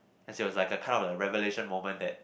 as it was like a kind of revelation moment that